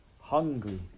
hungry